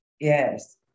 Yes